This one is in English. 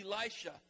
Elisha